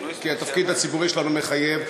כי התפקיד הציבורי שלנו מחייב,